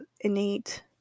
innate